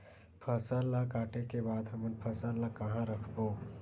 फसल ला काटे के बाद हमन फसल ल कहां रखबो?